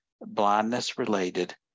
blindness-related